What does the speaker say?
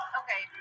okay